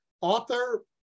author